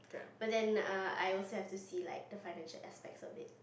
but then err I also have to see like the financial aspects of it